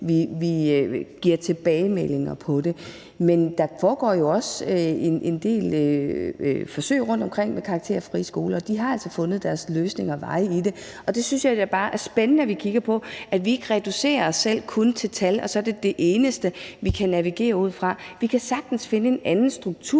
vi giver tilbagemeldinger på det. Men der foregår jo også en del forsøg rundtomkring med karakterfrie skoler, og de har altså fundet deres løsninger og veje i det. Og der synes jeg da bare, at det er spændende, at vi kigger på, at vi ikke reducerer os selv kun til tal og det så er det eneste, vi kan navigere ud fra. Vi kan sagtens finde en anden struktur